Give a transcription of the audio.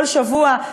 כל שבוע,